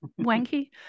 wanky